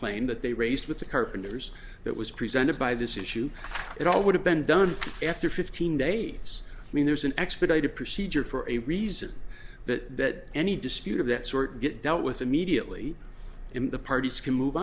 claim that they raised with the carpenters that was presented by this issue it all would have been done after fifteen days i mean there's an expedited procedure for a reason that any dispute of that sort get dealt with immediately in the parties can move